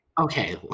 Okay